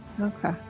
Okay